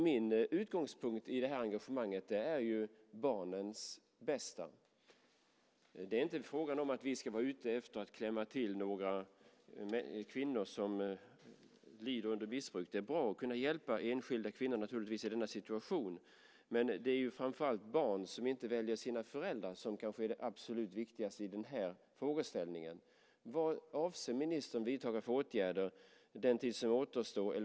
Min utgångspunkt i det här engagemanget är barnens bästa. Det är inte fråga om att vi är ute efter att klämma till några kvinnor som lider under missbruk. Det är bra att kunna hjälpa enskilda kvinnor naturligtvis i den här situationen, men det är barn som inte väljer sina föräldrar som är det absolut viktigaste i den här frågeställningen. Vad avser ministern att vidta för åtgärder den tid som återstår?